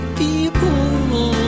people